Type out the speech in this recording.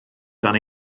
dan